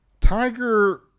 Tiger